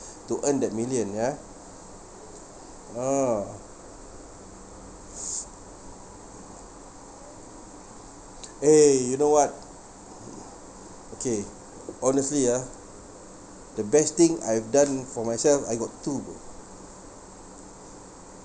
to earn that million ya a'ah eh you know what okay honestly ah the best thing I've done for myself I got two